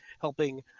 helping